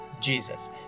Jesus